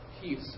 peace